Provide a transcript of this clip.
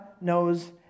knows